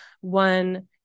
one